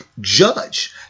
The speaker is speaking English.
judge